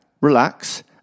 relax